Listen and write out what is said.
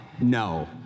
no